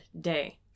Day